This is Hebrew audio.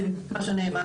כמו שנאמר.